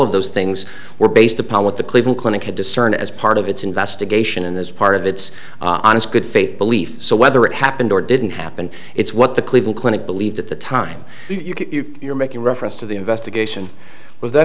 of those things were based upon what the cleveland clinic had discerned as part of its investigation and as part of its honest good faith belief so whether it happened or didn't happen it's what the cleveland clinic believed at the time you're making reference to the investigation with that